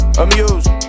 amused